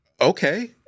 Okay